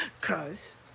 Cause